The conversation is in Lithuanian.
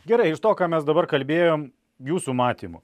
gerai iš to ką mes dabar kalbėjom jūsų matymu